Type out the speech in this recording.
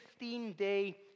15-day